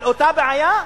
על אותה בעיה,